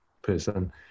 person